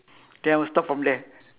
then I will stop from there